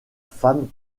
femme